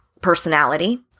personality